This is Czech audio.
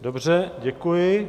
Dobře, děkuji.